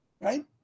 right